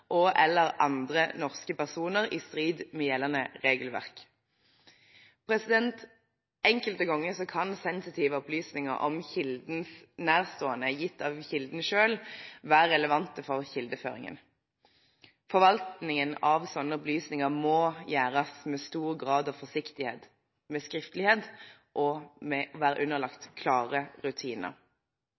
andre norske personer i strid med gjeldende regelverk. Enkelte ganger kan sensitive opplysninger om kildens nærstående, gitt av kilden selv, være relevante for kildeføringen. Forvaltningen av slike opplysninger må gjøres med stor grad av forsiktighet, med skriftlighet og være underlagt klare rutiner.